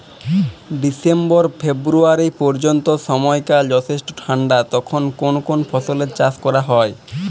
December February পর্যন্ত সময়কাল যথেষ্ট ঠান্ডা তখন কোন কোন ফসলের চাষ করা হয়?